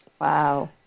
Wow